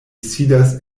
sidas